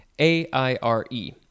a-i-r-e